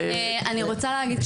אני רוצה להגיד כמה מילים.